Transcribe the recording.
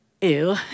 ew